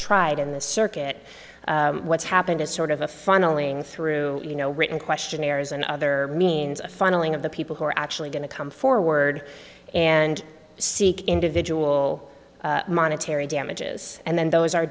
tried in the circuit what's happened is sort of a funneling through you know written questionnaires and other means funneling of the people who are actually going to come forward and seek individual monetary damages and then those are